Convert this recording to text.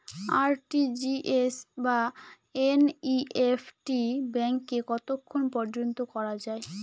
RTGS বা NEFT ব্যাংকে কতক্ষণ পর্যন্ত করা যায়?